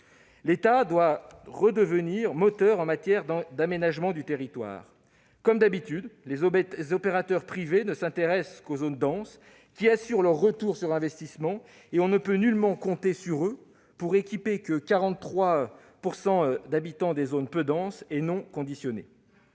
L'État doit redevenir moteur en matière d'aménagement du territoire. Comme d'habitude, les opérateurs privés s'intéressent seulement aux zones denses qui leur assurent un retour sur investissement. On ne peut nullement compter sur eux pour équiper les 43 % d'habitants des zones peu denses et non conditionnées.